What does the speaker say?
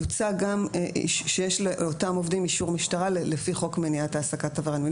יוצג גם שיש לאותם עובדים אישור משטרה לפי חוק מניעת העסקת עברייני מין.